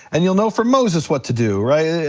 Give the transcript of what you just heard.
and you'll know from moses what to do, right?